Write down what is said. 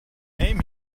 name